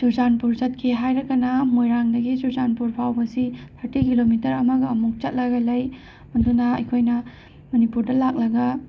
ꯆꯨꯔꯆꯥꯟꯄꯨꯔ ꯆꯠꯀꯦ ꯍꯥꯏꯔꯒꯅ ꯃꯣꯏꯔꯥꯡꯗꯒꯤ ꯆꯨꯔꯆꯥꯟꯄꯨꯔ ꯐꯥꯎꯕꯁꯤ ꯊꯔꯇꯤ ꯀꯤꯂꯣꯃꯤꯇꯔ ꯑꯃꯒ ꯑꯃꯨꯛ ꯆꯠꯂꯒ ꯂꯩ ꯑꯗꯨꯅ ꯑꯩꯈꯣꯏꯅ ꯃꯅꯤꯄꯨꯔꯗ ꯂꯥꯛꯂꯒ